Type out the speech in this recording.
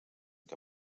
que